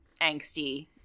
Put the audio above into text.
angsty